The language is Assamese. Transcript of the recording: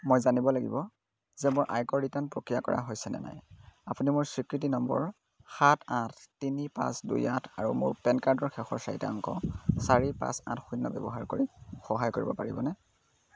মই জানিব লাগিব যে মোৰ আয়কৰ ৰিটাৰ্ণ প্ৰক্ৰিয়া কৰা হৈছেনে নাই আপুনি মোৰ স্বীকৃতি নম্বৰ সাত আঠ তিনি পাঁচ দুই আঠ আৰু মোৰ পেন কাৰ্ডৰ শেষৰ চাৰিটা অংক চাৰি পাঁচ আঠ শূন্য ব্যৱহাৰ কৰি সহায় কৰিব পাৰিবনে